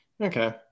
Okay